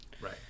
right